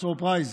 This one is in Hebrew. אולי,